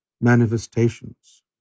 manifestations